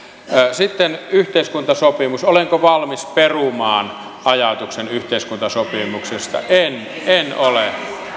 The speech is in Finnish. sitten yhteiskuntasopimus olenko valmis perumaan ajatuksen yhteiskuntasopimuksesta en en ole